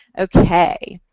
okay.